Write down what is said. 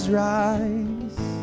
rise